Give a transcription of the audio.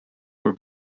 were